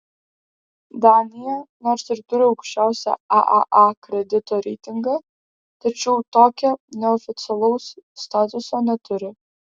danija nors ir turi aukščiausią aaa kredito reitingą tačiau tokio neoficialaus statuso neturi